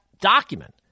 document